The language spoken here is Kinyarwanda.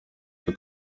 twe